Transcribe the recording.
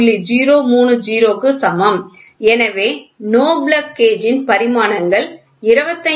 030 க்கு சமம் எனவே NO GO பிளக் கேஜின் பரிமாணங்கள் 25